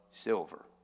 silver